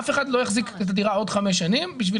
אף אחד לא יחזיק את הדירה עוד חמש שנים בשביל